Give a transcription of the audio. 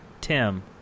Tim